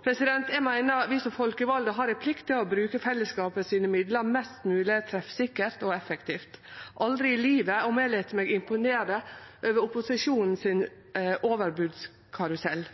Eg meiner vi som folkevalde har ei plikt til å bruke fellesskapet sine midlar mest mogleg treffsikkert og effektivt – aldri i livet om eg lèt meg imponere over overbodskarusellen til opposisjonen.